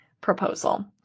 proposal